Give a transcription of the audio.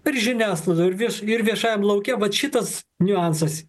ir žiniasklaidoj ir vieš ir viešajam lauke vat šitas niuansas